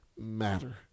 matter